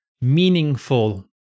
meaningful